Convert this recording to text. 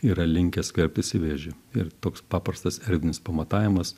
yra linkę skverbtis į vėžį ir toks paprastas erdvinis pamatavimas